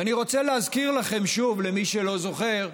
ואני רוצה להזכיר לכם שוב, למי שלא זוכר,